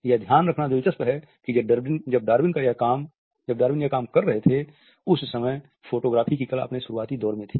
यह ध्यान रखना दिलचस्प है कि जब डार्विन यह काम कर रहे थे उस समय फोटोग्राफी की कला अपने शुरुआती दौर में थी